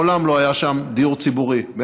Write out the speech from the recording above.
מעולם לא היה שם דיור ציבורי,